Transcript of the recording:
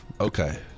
Okay